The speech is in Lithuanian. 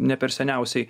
ne per seniausiai